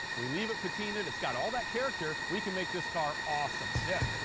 we leave it patina'd, it's got all that character, we can make this car awesome. yeah,